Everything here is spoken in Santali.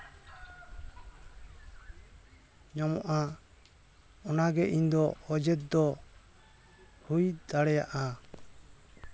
ᱧᱟᱢᱚᱜᱼᱟ ᱚᱱᱟᱜᱮ ᱤᱧ ᱫᱚ ᱚᱡᱮ ᱫᱚ ᱦᱩᱭ ᱫᱟᱲᱭᱟᱜᱼᱟ